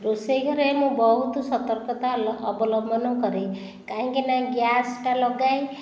ରୋଷେଇଘରେ ମୁଁ ବହୁତ ସତର୍କତା ଅବଲମ୍ବନ କରେ କାହିଁକିନା ଗ୍ୟାସ୍ଟା ଲଗାଏ